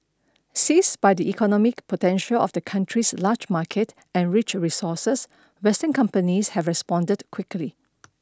seized by the economic potential of the country's large market and rich resources western companies have responded quickly